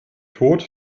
tod